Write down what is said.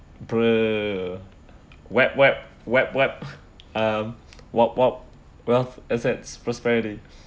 bro web web web web um wealt~ wealt~ wealth assets prosperity